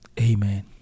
amen